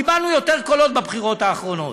קיבלנו יותר קולות בבחירות האחרונות,